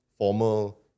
Formal